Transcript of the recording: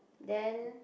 then